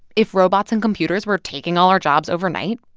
if robots and computers were taking all our jobs overnight,